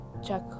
check